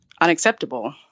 unacceptable